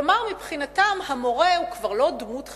כלומר, מבחינתם, המורה הוא כבר לא דמות חינוכית,